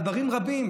ויתרנו על דברים רבים,